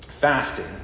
fasting